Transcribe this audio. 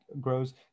grows